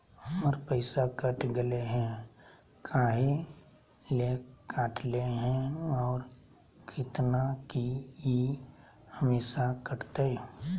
हमर पैसा कट गेलै हैं, काहे ले काटले है और कितना, की ई हमेसा कटतय?